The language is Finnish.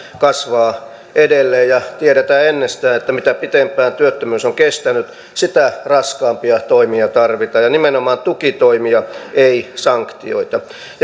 kasvaa edelleen ja tiedetään ennestään että mitä pitempään työttömyys on kestänyt sitä raskaampia toimia tarvitaan ja nimenomaan tukitoimia ei sanktioita